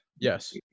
yes